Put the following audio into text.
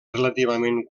relativament